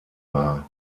war